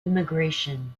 immigration